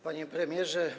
Panie Premierze!